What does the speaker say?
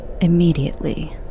immediately